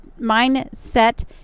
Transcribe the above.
mindset